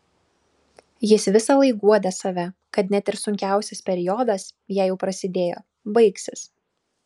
jis visąlaik guodė save kad net ir sunkiausias periodas jei jau prasidėjo baigsis